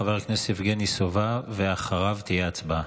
חבר הכנסת יבגני סובה, ואחריו תהיה הצבעה.